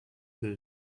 will